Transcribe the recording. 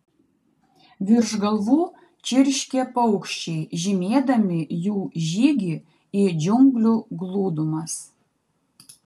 virš galvų čirškė paukščiai žymėdami jų žygį į džiunglių glūdumas